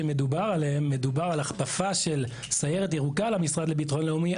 מדובר על הכפפה של הסיירת הירוקה למשרד לביטחון לאומי,